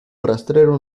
rastrero